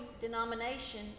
denomination